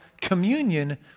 communion